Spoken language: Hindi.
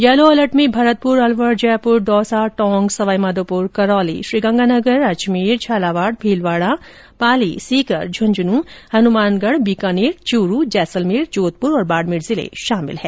यलो अलर्ट में भरतपुर अलवर जयपुर दौसा टोंक सवाई माधोपुर करौली गंगानगर अजमेर झालावाड़ भीलवाड़ा पाली सीकर झुंझनू हनुमानगढ़ बीकानेर चूरू जैसलमेर जोधपुर और बाड़मेर जिला शामिल हैं